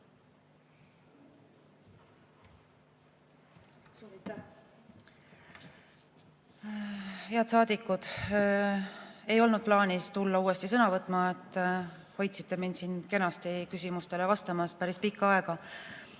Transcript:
Head saadikud! Mul ei olnud plaanis tulla uuesti sõna võtma. Te hoidsite mind siin kenasti küsimustele vastamas päris pikka aega.